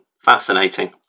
fascinating